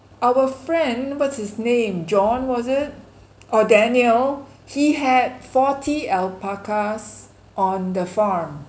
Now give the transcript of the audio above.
our friend what's his name john was it or daniel he had forty alpacas on the farm